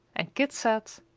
and kit said,